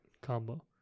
combo